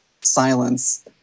silence